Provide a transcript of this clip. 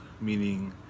meaning